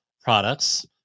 products